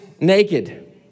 naked